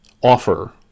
offer